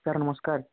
sir ନମସ୍କାର